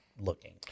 looking